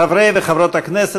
חברי וחברות הכנסת,